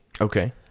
Okay